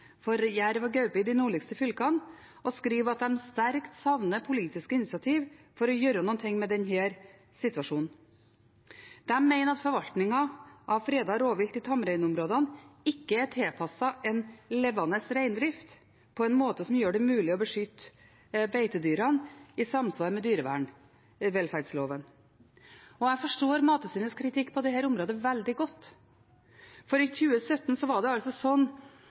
for jerv og gaupe i de nordligste fylkene, og skriver at de sterkt savner politiske initiativ for å gjøre noe med denne situasjonen. De mener at forvaltningen av fredet rovvilt i tamreinområdene ikke er tilpasset en levende reindrift på en måte som gjør det mulig å beskytte beitedyrene i samsvar med dyrevelferdsloven. Jeg forstår Mattilsynets kritikk på dette området veldig godt. I 2017